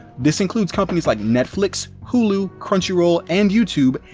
this include companies like netflix, hulu, crunchyroll and youtube,